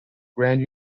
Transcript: grand